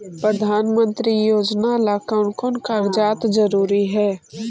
प्रधानमंत्री योजना ला कोन कोन कागजात जरूरी है?